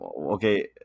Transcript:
okay